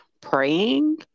praying